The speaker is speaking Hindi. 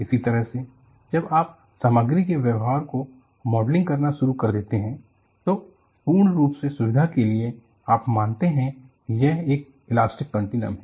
इसी तरह से जब आप सामग्री के व्यवहार को मॉडलिंग करना शुरू कर देते है तो पूर्ण रूप से सुविधा के लिए आप मानते हैं कि यह एक इलास्टिक कंटीनम है